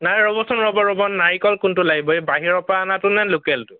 নাই ৰ'বচোন ৰ'ব ৰ'ব নাৰিকল কোনটো লাগিব বাহিৰৰ পৰা অনাটোনে লোকেলটো